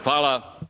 Hvala.